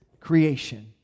creation